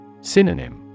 Synonym